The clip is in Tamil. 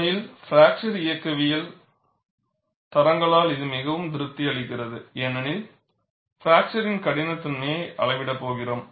உண்மையில் பிராக்சர் இயக்கவியல் தரங்களால் இது மிகவும் திருப்தி அளிக்கிறது ஏனெனில் பிராக்சர் கடினத்தன்மையை அளவிடப் போகிறோம்